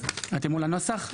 אתם מול הנוסח?